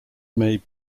may